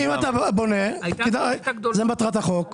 אם אתה בונה, זו מטרת החוק.